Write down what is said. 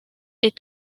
est